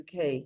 UK